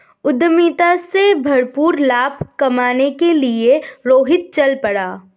उद्यमिता से भरपूर लाभ कमाने के लिए रोहित चल पड़ा